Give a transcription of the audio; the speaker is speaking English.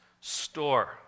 store